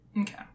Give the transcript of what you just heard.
Okay